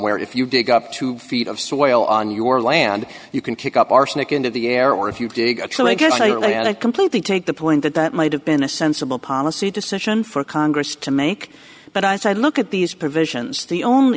where if you dig up two feet of soil on your land you can kick up arsenic into the air or if you dig a tree like i completely take the point that that might have been a sensible policy decision for congress to make but i said look at these provisions the only